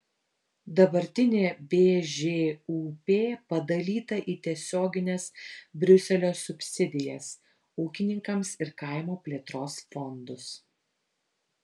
dabartinė bžūp padalyta į tiesiogines briuselio subsidijas ūkininkams ir kaimo plėtros fondus